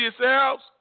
yourselves